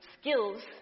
skills